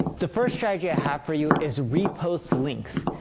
the first strategy i have for you is repost links.